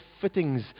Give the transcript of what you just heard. fittings